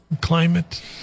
climate